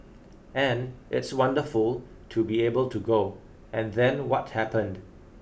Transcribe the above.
and it's wonderful to be able to go and then what happened